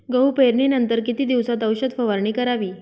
गहू पेरणीनंतर किती दिवसात औषध फवारणी करावी?